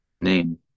Name